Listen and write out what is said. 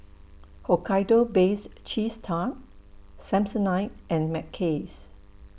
Hokkaido Bakes Cheese Tart Samsonite and Mackays